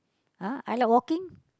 !huh! I like walking